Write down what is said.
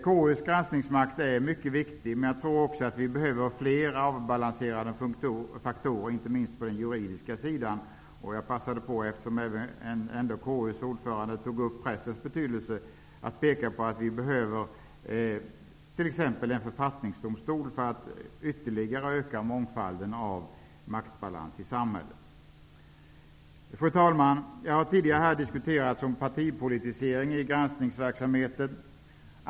KU:s granskningsmakt är mycket viktig, men jag tror att vi behöver flera avbalanserande faktorer, inte minst på den juridiska sidan. Jag passade på, eftersom KU:s ordförande tog upp pressens betydelse, att peka på att vi behöver t.ex. en författningsdomstol för att ytterligare öka mångfalden av maktbalans i samhället. Fru talman! Här har tidigare diskuterats partipolitisering av granskningsverksamheten.